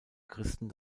christen